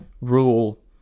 rule